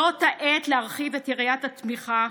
זאת העת להרחיב את יריעת התמיכה,